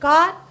God